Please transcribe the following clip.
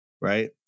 right